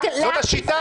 זאת השיטה?